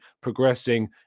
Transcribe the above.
progressing